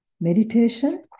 meditation